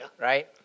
Right